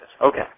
Okay